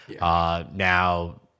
Now